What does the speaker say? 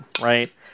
right